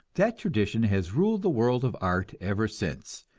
that tradition has ruled the world of art ever since,